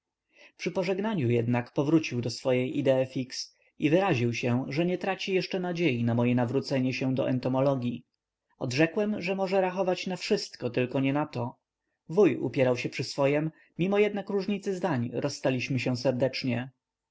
przy pożegnaniu jednak powrócił do swej idei fixe i wyraził się że nie traci jeszcze nadziei w moje nawrócenie się do entomologii odrzekłem że może rachować na wszystko tylko nie na to wuj upierał się przy swojem mimo jednak różnicy zdań rozstaliśmy się serdecznie